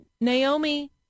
Naomi